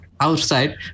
outside